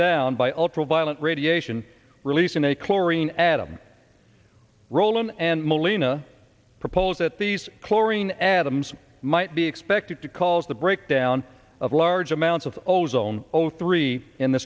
down by ultraviolet radiation released in a chlorine adam roland and molina proposed at the same chlorine adams might be expected to cause the breakdown of large amounts of ozone over three in the